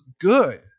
good